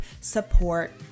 support